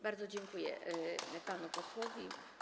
Bardzo dziękuję panu posłowi.